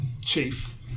chief